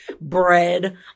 bread